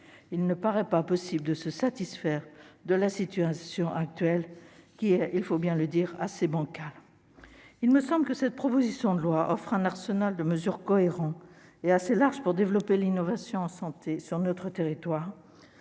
Il ne paraît pas possible de se satisfaire de la situation actuelle, qui est, il faut bien le dire, assez bancale. Cette proposition de loi me semble offrir un arsenal de mesures cohérent et assez large pour développer l'innovation en santé sur notre territoire.